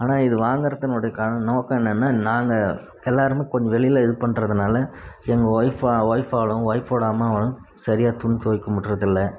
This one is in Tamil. ஆனால் இது வாங்கிறத்துனுடைக்கான நோக்கம் என்னென்னா நாங்கள் எல்லாேருமே கொஞ்சம் வெளியில் இது பண்ணுறதுனால எங்கள் ஒய்ஃப்ப ஒய்ஃப்பாலும் ஒய்ஃப்போட அம்மாவாலும் சரியாக துணி துவைக்க முடியதில்ல